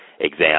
exam